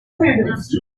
secret